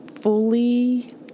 fully